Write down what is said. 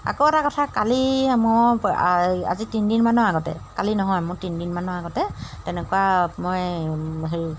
আকৌ এটা কথা কালি মোৰ আজি তিনিদিনমানৰ আগতে কালি নহয় মোৰ তিনিদিনমানৰ আগতে তেনেকুৱা মই হেৰি